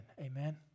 Amen